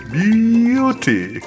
beauty